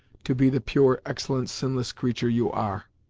to be the pure, excellent, sinless creature you are!